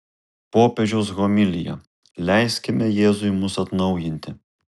popiežiaus homilija leiskime jėzui mus atnaujinti